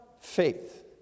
faith